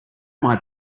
might